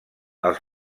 els